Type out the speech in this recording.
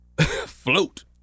float